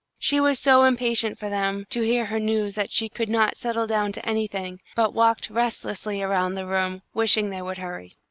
she was so impatient for them to hear her news that she could not settle down to anything, but walked restlessly around the room, wishing they would hurry.